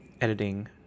editing